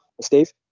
Steve